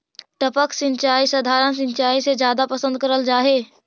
टपक सिंचाई सधारण सिंचाई से जादा पसंद करल जा हे